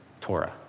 Torah